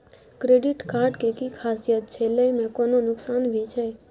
Credit card के कि खासियत छै, लय में कोनो नुकसान भी छै?